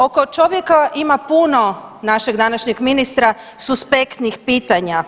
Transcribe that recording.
Ovo čovjeka ima puno, našeg današnjeg ministra, suspektnih pitanja.